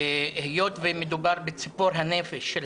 היות ומדובר בציפור הנפש של